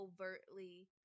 overtly